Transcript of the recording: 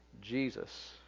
Jesus